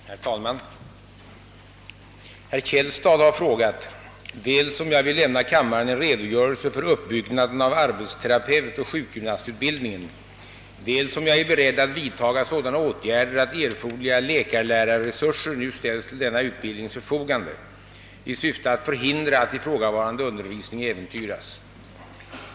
Herr talman! Herr Källstad har frågat dels om jag är villig lämna kammaren en redogörelse för uppbyggnaden av arbetsterapeutoch sjukgymnastutbildningen, dels om jag är beredd vidtaga sådana åtgärder, att erforderliga läkar-lärarresurser nu ställs till denna utbildnings förfogande i syfte att förhindra att ifrågavarande undervisning äventyras.